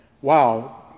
wow